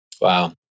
Wow